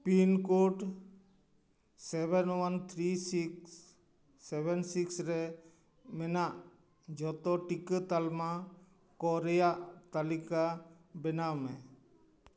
pin code seven one three six seven six ᱨᱮ ᱢᱮᱱᱟᱜ ᱡᱚᱛᱚ ᱴᱤᱠᱟᱹ ᱛᱟᱞᱢᱟ ᱠᱚᱨᱮᱭᱟᱜ ᱛᱟᱞᱤᱠᱟ ᱵᱮᱱᱟᱣᱢᱮ